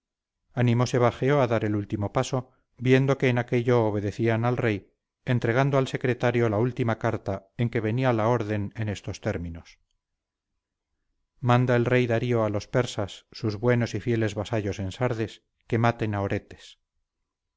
sus picas animóse bageo a dar el último paso viendo que en aquello obedecían al rey entregando al secretario la última carta en que venía la orden en estos términos manda el rey darío a los persas sus buenos y fieles vasallos en sardes que maten a oretes